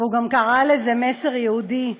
והוא גם קרא לזה "מסר יהודי".